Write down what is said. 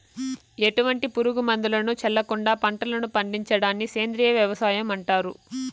ఎటువంటి పురుగు మందులను చల్లకుండ పంటలను పండించడాన్ని సేంద్రీయ వ్యవసాయం అంటారు